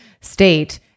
state